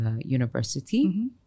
university